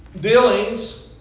dealings